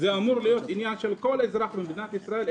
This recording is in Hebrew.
אילת אמורה להיות עניין של כל אזרח במדינת ישראל.